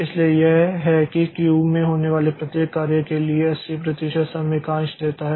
इसलिए यह है कि क्यू में होने वाले प्रत्येक कार्य के लिए 80 प्रतिशत समय का अंश देता है